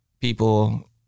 people